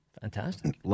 Fantastic